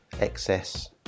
excess